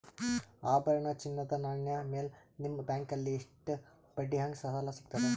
ಆಭರಣ, ಚಿನ್ನದ ನಾಣ್ಯ ಮೇಲ್ ನಿಮ್ಮ ಬ್ಯಾಂಕಲ್ಲಿ ಎಷ್ಟ ಬಡ್ಡಿ ಹಂಗ ಸಾಲ ಸಿಗತದ?